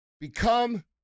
become